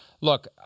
look